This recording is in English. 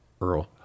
Earl